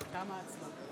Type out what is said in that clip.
בהצבעה